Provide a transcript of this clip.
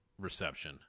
reception